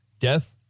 Death